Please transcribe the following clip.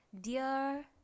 Dear